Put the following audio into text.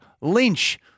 Lynch